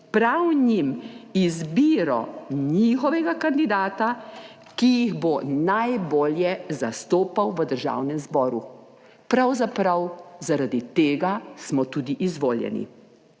prav njim izbiro njihovega kandidata, ki jih bo najbolje zastopal v Državnem zboru, pravzaprav, zaradi tega smo tudi izvoljeni.